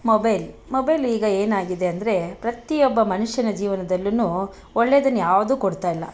mobile mobile ಈಗ ಏನಾಗಿದೆ ಅಂದರೆ ಪ್ರತಿಯೊಬ್ಬ ಮನುಷ್ಯನ ಜೀವನದಲ್ಲೂ ಒಳ್ಳೆದನ್ನು ಯಾವುದು ಕೊಡ್ತಾಯಿಲ್ಲ